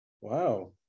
Wow